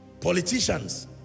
politicians